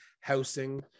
housing